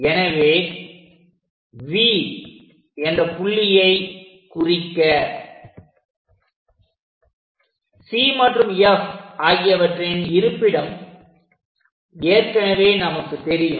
எனவே V என்ற புள்ளியை குறிக்க C மற்றும் F ஆகியவற்றின் இருப்பிடம் ஏற்கனவே நமக்கு தெரியும்